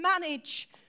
manage